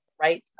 right